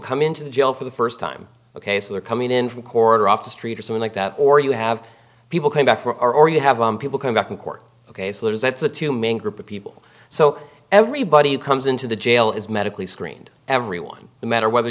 come into the jail for the first time ok so they're coming in from corridor off the street or something like that or you have people come back for or you have people come back in court ok so that is that's the two main group of people so everybody who comes into the jail is medically screened everyone the matter whether